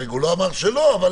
הוא לא אמר שלא, אבל